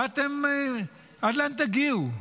עד לאן תגיעו?